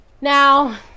Now